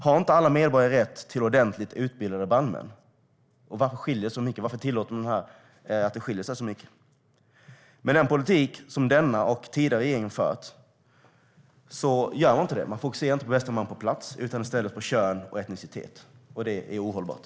Har inte alla medborgare rätt till ordentligt utbildade brandmän? Varför skiljer det sig så mycket? Varför tillåter man det? Med den politik som denna regering och tidigare regering fört fokuserar man inte på bästa man på plats utan i stället på kön och etnicitet. Det är ohållbart.